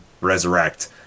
resurrect